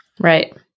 Right